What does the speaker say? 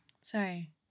Sorry